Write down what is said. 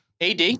AD